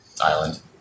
island